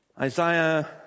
Isaiah